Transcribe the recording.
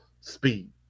speed